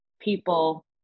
people